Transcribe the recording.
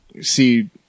See